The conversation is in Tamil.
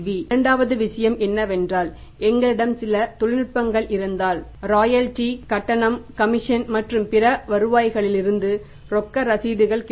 இரண்டாவது விஷயம் என்னவென்றால் எங்களிடம் சில தொழில்நுட்பங்கள் இருந்தால் ராயல்டி கட்டணம் கமிஷன் மற்றும் பிற வருவாய்களில் இருந்து ரொக்க ரசீதுகள் கிடைக்கும்